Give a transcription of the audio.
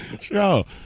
show